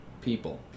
people